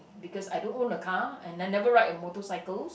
because I don't own a car and I never ride a motorcycles